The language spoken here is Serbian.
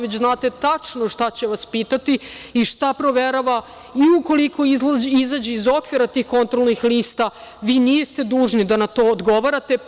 Već znate tačno šta će vas pitati i šta proverava i ukoliko izađe iz okvira tih kontrolnih lista niste dužni da na to odgovarate.